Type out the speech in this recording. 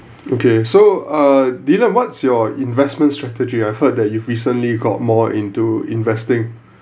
okay so uh dillon what's your investment strategy I've heard that you've recently got more into investing